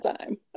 time